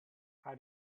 how